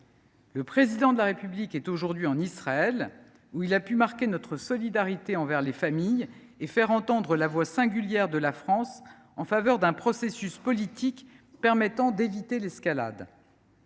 Le Président de la République est aujourd’hui en Israël, où il a pu marquer notre solidarité envers les familles et faire entendre la voix singulière de la France en faveur d’un processus politique permettant d’éviter l’escalade.